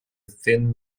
thin